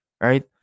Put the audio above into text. right